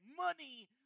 money